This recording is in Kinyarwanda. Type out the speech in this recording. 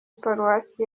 paruwasi